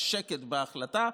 יש שקט בהחלטה.